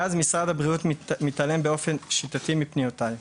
מאז משרד הבריאות מתעלם באופן שיטתי מפניותיי.